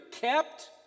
kept